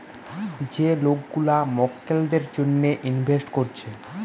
যে লোক গুলা মক্কেলদের জন্যে ইনভেস্ট কোরছে